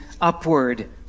upward